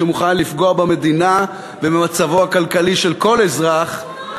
שמוכנה לפגוע במדינה ובמצבו הכלכלי של כל אזרח,